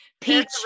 peach